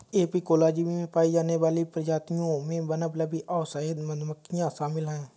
apicology में पाई जाने वाली प्रजातियों में बंबलबी और शहद मधुमक्खियां शामिल हैं